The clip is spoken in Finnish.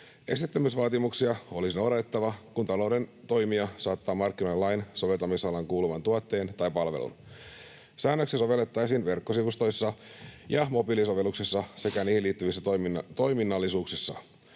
Esteettömyysvaatimuksia olisi noudatettava, kun talouden toimija saattaa markkinoille lain soveltamisalaan kuuluvan tuotteen tai palvelun. Säännöksiä sovellettaisiin verkkosivustoissa ja mobiilisovelluksissa sekä niihin liittyvissä toiminnallisuuksissa.